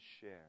share